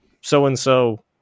so-and-so